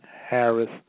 Harris